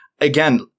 again